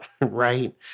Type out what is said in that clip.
right